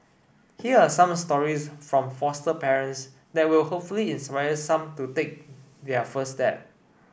here are some stories from foster parents that will hopefully inspire some to take their first step